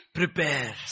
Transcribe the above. prepare